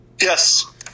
Yes